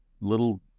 little